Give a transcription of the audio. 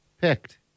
picked